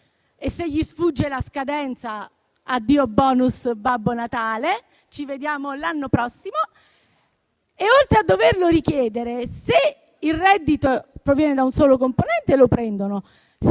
(e se gli sfugge la scadenza, addio *bonus* Babbo Natale, ci vediamo l'anno prossimo). Oltre a doverlo richiedere, se il reddito proviene da un solo componente lo prendono,